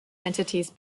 entities